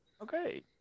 Okay